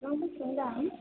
बिसिबां बिसिबां दाम